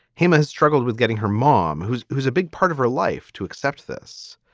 hamma has struggled with getting her mom, who's who's a big part of her life to accept this.